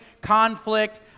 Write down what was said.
conflict